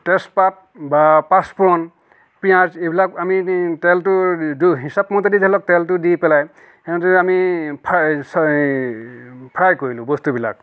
তেজপাত বা পাচ ফুৰন পিঁয়াজ এইবিলাক আমি তেলটো দিওঁ হিচাপ মতে ধৰি লওক তেলটো দি পেলাই আমি ফ্ৰাই ফ্ৰাই কৰিলোঁ বস্তুবিলাক